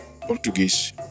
Portuguese